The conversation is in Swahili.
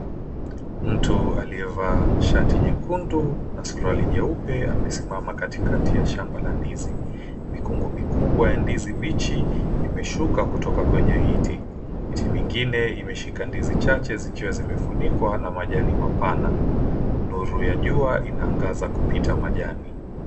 Mtu aliyevaa shati nyekundu na suruali nyeupe amesimama katikati ya shamba la ndizi. Mikungu mikubwa ya ndizi bichi imeshuka kutoka kwenye miti. Miti mingine imeshika ndizi chache zikiwa zimefunikwa na majani mapana. Nuru ya jua inaangaza kupita majani.